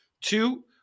Two